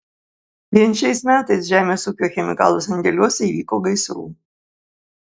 vien šiais metais žemės ūkio chemikalų sandėliuose įvyko gaisrų